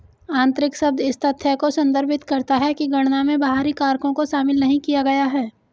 आंतरिक शब्द इस तथ्य को संदर्भित करता है कि गणना में बाहरी कारकों को शामिल नहीं किया गया है